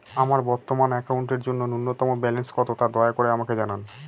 আমার বর্তমান অ্যাকাউন্টের জন্য ন্যূনতম ব্যালেন্স কত, তা দয়া করে আমাকে জানান